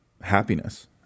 happiness